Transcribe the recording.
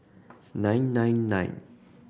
nine nine nine